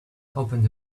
opened